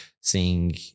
seeing